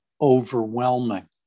overwhelming